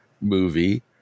movie